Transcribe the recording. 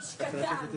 איש קטן.